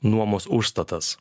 nuomos užstatas